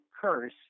curse